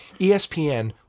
ESPN